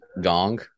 gong